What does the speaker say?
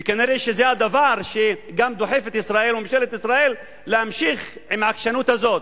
וכנראה זה הדבר שגם דוחף את ישראל וממשלת ישראל להמשיך עם העקשנות הזאת,